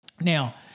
Now